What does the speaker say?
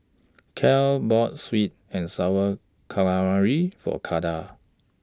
Kylie bought Sweet and Sour Calamari For Kylah